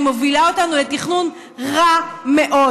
היא מובילה אותנו לתכנון רע מאוד.